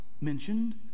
mentioned